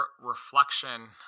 reflection